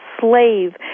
slave